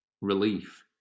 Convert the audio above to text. Relief